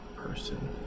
person